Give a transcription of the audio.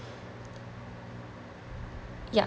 yup